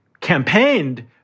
campaigned